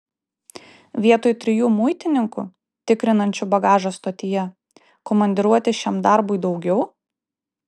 vietoj trijų muitininkų tikrinančių bagažą stotyje komandiruoti šiam darbui daugiau